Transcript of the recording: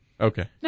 Okay